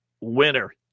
winner